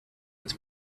its